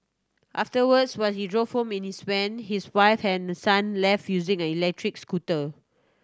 afterwards while he drove home in his van his wife and son left using an electric scooter